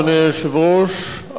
אדוני היושב-ראש,